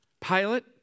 Pilate